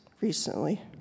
recently